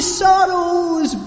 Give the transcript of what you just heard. sorrows